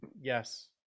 yes